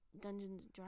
Dungeons